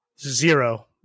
Zero